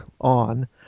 on